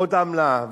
עוד עמלה,